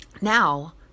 Now